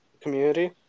community